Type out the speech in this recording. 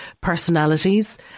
personalities